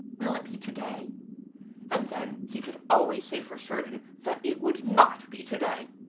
will it be to-day and then he could always say for certain that it would not be to-day.